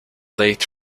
late